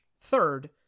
Third